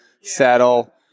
saddle